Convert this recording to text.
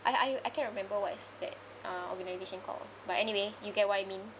I I I cannot remember what is that uh organization called but anyway you get what I mean